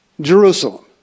Jerusalem